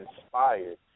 Inspired